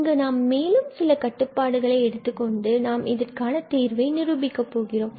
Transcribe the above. இங்கு நாம் மேலும் சில கட்டுப்பாடுகளை எடுத்துக் கொண்டு நாம் இதற்கான தீர்வை நிரூபிக்க போகிறோம்